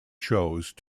chose